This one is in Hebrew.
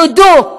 תודו,